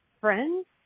friends